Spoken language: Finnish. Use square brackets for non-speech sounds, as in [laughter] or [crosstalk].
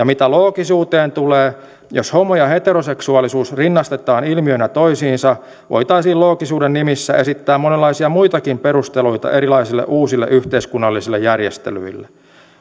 [unintelligible] mitä loogisuuteen tulee jos homo ja heteroseksuaalisuus rinnastetaan ilmiöinä toisiinsa voitaisiin loogisuuden nimissä esittää monenlaisia muitakin perusteluja erilaisille uusille yhteiskunnallisille järjestelyille